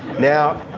now,